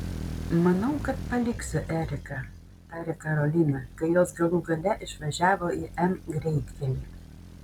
manau kad paliksiu eriką tarė karolina kai jos galų gale išvažiavo į m greitkelį